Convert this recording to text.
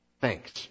Thanks